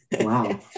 Wow